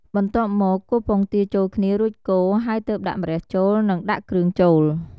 បន្ទាប់មក គោះពង់ទាចូលគ្នារួចកូរ ហើយទើបដាក់ម្រះចូល និងដាក់គ្រឿងចូល។